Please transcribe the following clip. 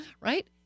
Right